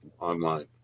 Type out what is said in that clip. online